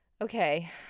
Okay